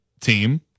team